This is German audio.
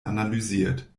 analysiert